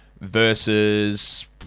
versus